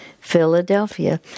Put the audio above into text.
Philadelphia